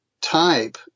type